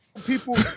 People